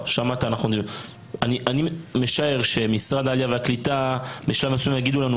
אני משער שמשרד העלייה והקליטה בשלב מסוים יגידו לנו,